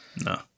No